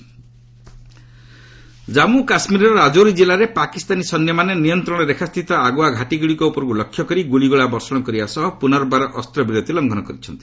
ceasefire violation Jammu କାଶ୍ମୀରର ରାଜୌରୀ ଜିଲ୍ଲାରେ ପାକିସ୍ତାନୀ ସୈନ୍ୟମାନେ ନିୟନ୍ତ୍ରଣ ରେଖାସ୍ଥିତ ଆଗୁଆ ଘାଟିଗୁଡ଼ିକ ଉପରକୁ ଲକ୍ଷ୍ୟ କରି ଗୁଳିଗୋଳା ବର୍ଷଣ କରିବା ସହ ପୁନର୍ବାର ଅସ୍ତ୍ରବିରତ ଲଙ୍ଘନ କରିଛନ୍ତି